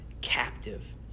captive